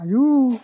आयौ